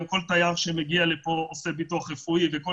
גם כל תייר שמגיע לכאן עושה ביטוח רפואי וכל